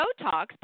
Botox